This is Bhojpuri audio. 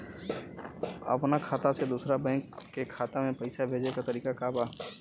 अपना खाता से दूसरा बैंक के खाता में पैसा भेजे के तरीका का बा?